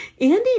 Andy